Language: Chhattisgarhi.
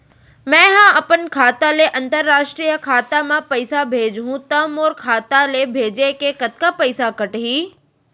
मै ह अपन खाता ले, अंतरराष्ट्रीय खाता मा पइसा भेजहु त मोर खाता ले, भेजे के कतका पइसा कटही?